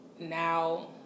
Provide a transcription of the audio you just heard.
Now